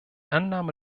annahme